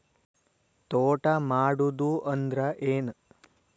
ತೋಟ ಮಾಡುದು ಅಂದ್ರ ಏನ್?